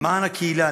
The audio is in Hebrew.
למען הקהילה,